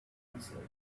answered